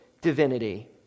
divinity